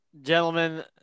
Gentlemen